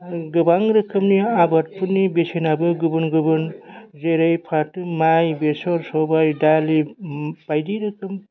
गोबां रोखोमनि आबादफोरनि बेसेनाबो गुबुन गुबुन जेरै फाथो माइ बेसर सबाइ दालि बायदि रोखोम